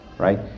right